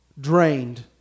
drained